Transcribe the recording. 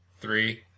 Three